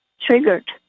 triggered